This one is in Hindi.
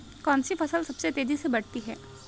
कौनसी फसल सबसे तेज़ी से बढ़ती है?